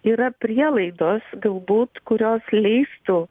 yra prielaidos galbūt kurios leistų